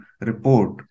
report